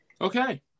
okay